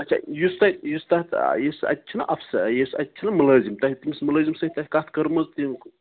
اَچھا یُس تۄہہِ یُس تَتھ یُس اَتہِ چھُنَہ افسہ یُس اَتہِ چھُنَہ ملٲزِم تۄہہِ کُس مِلٲزِم سۭتۍ تۄہہِ کَتھ کٔرمٕژ